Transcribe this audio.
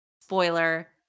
spoiler